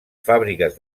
fàbriques